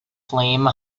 flame